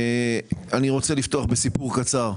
אני רוצה לפתוח בסיפור קצר.